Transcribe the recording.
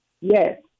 Yes